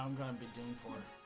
um bond unbeaten for